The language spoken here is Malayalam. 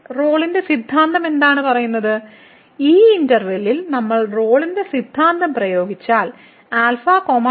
റോളിന്റെ സിദ്ധാന്തം എന്താണ് പറയുന്നത് ഈ ഇന്റെർവെല്ലിൽ നമ്മൾ റോളിന്റെ സിദ്ധാന്തം പ്രയോഗിച്ചാൽ α β